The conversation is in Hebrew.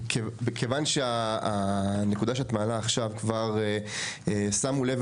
מכיוון שהנקודה שאת מעלה עכשיו כבר שמו לב